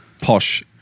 posh